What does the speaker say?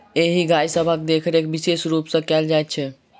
एहि गाय सभक देखरेख विशेष रूप सॅ कयल जाइत छै